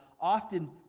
often